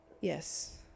Yes